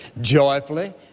joyfully